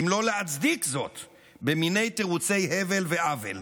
אם לא להצדיק זאת במיני תירוצי הבל ועוול.